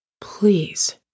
please